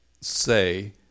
say